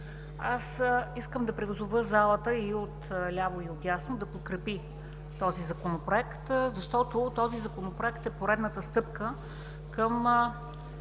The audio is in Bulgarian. искам да призова залата и от ляво и от дясно да подкрепи този Законопроект, защото той е поредната стъпка към